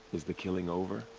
is the killing over?